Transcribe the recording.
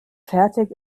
fertig